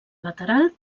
lateral